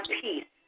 peace